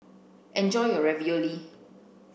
enjoy your Ravioli